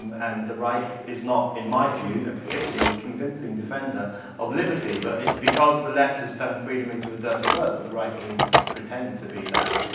and the right is not, in my view, a particularly convincing defender of liberty. but it's because the left has turned freedom into a dirty word that the right can pretend to be that.